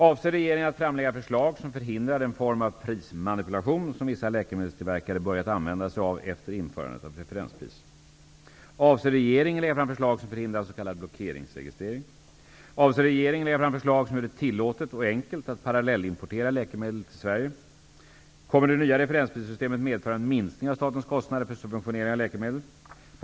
Avser regeringen att framlägga förslag som förhindrar den form av prismanipulation som vissa läkemedelstillverkare börjat använda sig av efter införandet av referenspriser? Kommer det nya referensprissystemet medföra en minskning av statens kostnader för subventionering av läkemedel?